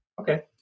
Okay